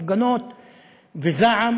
הפגנות וזעם,